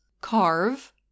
carve